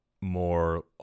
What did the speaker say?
more